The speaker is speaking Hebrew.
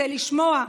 צא לשמוע,